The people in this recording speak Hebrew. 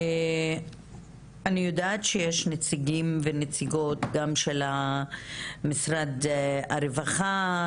אני יודעת שיש נציגים ונציגות גם של משרד הרווחה,